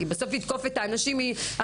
כי הכי קל לתקוף את האנשים מבפנים.